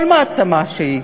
כל מעצמה שהיא.